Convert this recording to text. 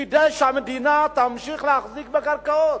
כדאי שהמדינה תמשיך להחזיק בקרקעות.